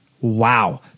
Wow